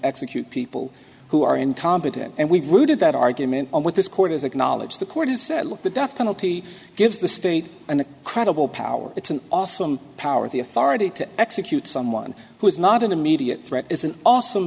execute people who are incompetent and we've rooted that argument on with this court has acknowledged the court has said look the death penalty gives the state an credible power it's an awesome power the authority to execute someone who is not an immediate threat is an awesome